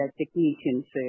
technicians